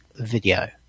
video